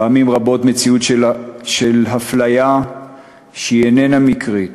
פעמים רבות מציאות של אפליה שהיא איננה מקרית.